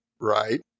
Right